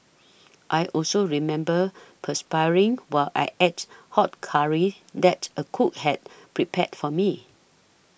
I also remember perspiring while I ate hot curry that a cook had prepared for me